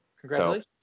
Congratulations